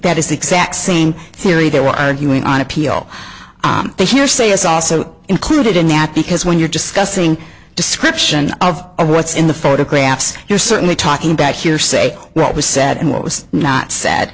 that is the exact same theory they were arguing on appeal that hearsay is also included in that because when you're discussing description of what's in the photographs you're certainly talking back here say what was said and what was not said